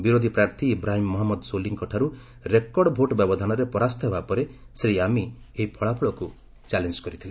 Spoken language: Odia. ବିରୋଧୀ ପ୍ରାର୍ଥୀ ଇବ୍ରାହିମ୍ ମହମ୍ମଦ ସୋଲିଙ୍କ ଠାରୁ ରେଡର୍କ ଭୋଟ ବ୍ୟବଧାନରେ ପରାସ୍ତ ହେବା ପରେ ଶ୍ରୀ ୟମିନ୍ ଏହି ଫଳାଫଳକୁ ଚ୍ୟାଲେଞ୍ଜ କରିଥିଲେ